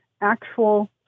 actual